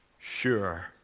sure